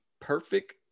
perfect